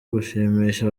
gushimisha